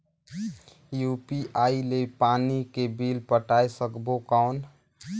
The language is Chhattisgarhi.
यू.पी.आई ले पानी के बिल पटाय सकबो कौन?